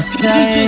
say